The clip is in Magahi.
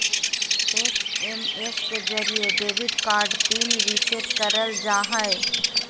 एस.एम.एस के जरिये डेबिट कार्ड पिन रीसेट करल जा हय